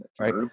right